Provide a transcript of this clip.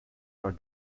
are